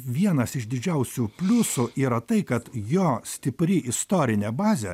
vienas iš didžiausių pliusų yra tai kad jo stipri istorinė bazė